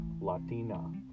Latina